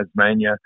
Tasmania